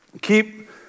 Keep